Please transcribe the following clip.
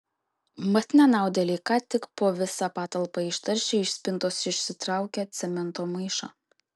mat nenaudėliai ką tik po visą patalpą ištaršė iš spintos išsitraukę cemento maišą